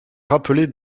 rappeler